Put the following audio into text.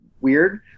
weird